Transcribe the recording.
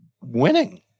winning